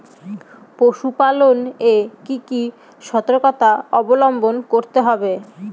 পশুপালন এ কি কি সর্তকতা অবলম্বন করতে হবে?